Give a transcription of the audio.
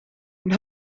and